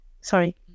sorry